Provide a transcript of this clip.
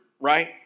right